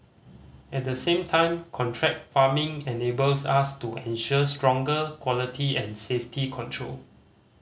at the same time contract farming enables us to ensure stronger quality and safety control